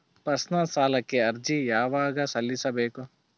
Personal ಸಾಲಕ್ಕೆ ಅರ್ಜಿ ಯವಾಗ ಸಲ್ಲಿಸಬೇಕು?